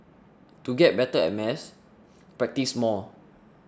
to get better at maths practise more